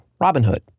Robinhood